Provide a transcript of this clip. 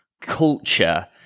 culture